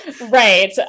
Right